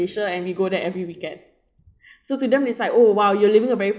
~sia and we go there every weekend so to them is like oh !whoa! you're living a very